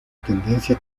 tendencia